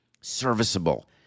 serviceable